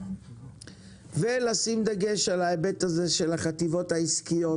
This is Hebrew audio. ולשים דגש על החטיבות העסקיות